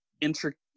intricate